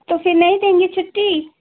तो फिर नहीं देंगी छुट्टी